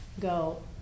go